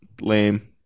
Lame